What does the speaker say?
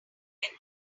yet